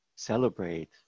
celebrate